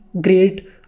great